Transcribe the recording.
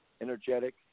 energetic